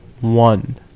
one